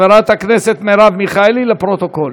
חברת הכנסת מרב מיכאלי, לפרוטוקול.